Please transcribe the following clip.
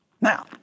Now